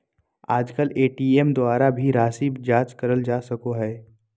आजकल ए.टी.एम द्वारा भी राशी जाँच करल जा सको हय